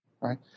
right